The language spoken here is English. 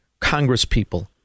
congresspeople